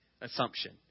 assumption